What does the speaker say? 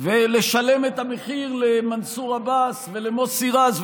ולשלם את המחיר למנסור עבאס ולמוסי רז?